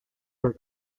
her